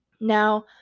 Now